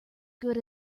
good